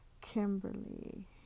Kimberly